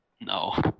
No